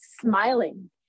smiling